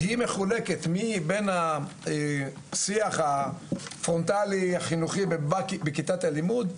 שהיא מחולקת בין השיח הפרונטלי החינוכי בכיתת הלימוד,